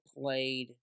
played